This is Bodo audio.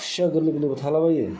खुसिया गोरलै गोरलैबो थालाबायो